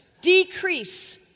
decrease